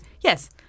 yes